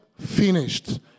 Finished